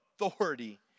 authority